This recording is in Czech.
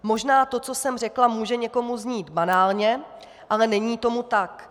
Možná to, co jsem řekla, může někomu znít banálně, ale není tomu tak.